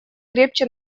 крепче